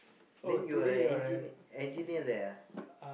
then you're the engi~ engineer there ah